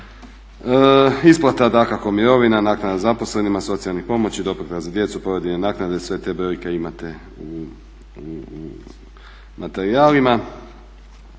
Isplata dakako mirovina, naknada zaposlenima, socijalnih pomoći, doplata za djecu, porodiljne naknade sve te brojke imate u materijalima.